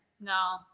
No